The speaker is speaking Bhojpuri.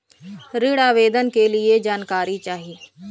ऋण आवेदन के लिए जानकारी चाही?